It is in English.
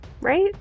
Right